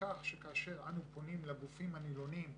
כך שכאשר אנו פונים לגופים הנלונים,